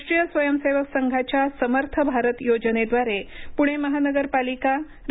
राष्ट्रीय स्वयंसेवक संघाच्या समर्थ भारत योजनेद्वारे पुणे महानगरपालिका रा